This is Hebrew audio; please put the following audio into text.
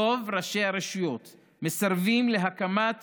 רוב ראשי הרשויות מסרבים להקמת